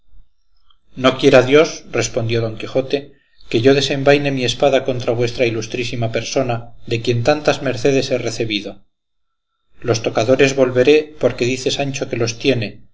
no quiera dios respondió don quijote que yo desenvaine mi espada contra vuestra ilustrísima persona de quien tantas mercedes he recebido los tocadores volveré porque dice sancho que los tiene